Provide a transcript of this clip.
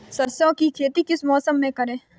सरसों की खेती किस मौसम में करें?